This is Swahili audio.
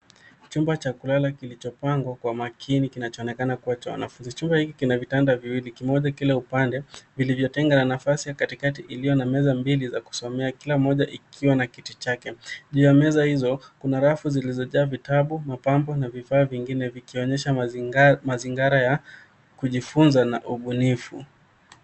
Chumba cha kulala kilichopangwa kwa makini kinachoonekana kuwa cha wanafunzi. Chumba hiki kina vitanda viwili, kimoja kila upande vilivyotega nafasi ya katikati iliyo na meza mbili za kusomea kila moja ikiwa na kiti chake. Juu ya meza hizo kuna rafu zilizojaa vitabu, mapambo na vifaa vingine vikionyesha mazingira ya kujifunza na ubunifu.